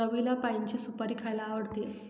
रवीला पाइनची सुपारी खायला आवडते